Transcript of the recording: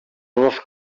dos